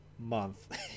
month